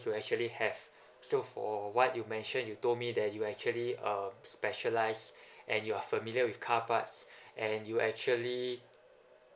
you actually have so for what you mention you told me that you actually uh specialize and you're familiar with car parts and you actually